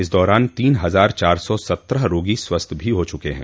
इस दौरान तीन हजार चार सौ सत्रह रोगी स्वस्थ हो गये हैं